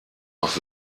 auf